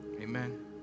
amen